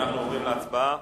אנחנו עוברים להצבעה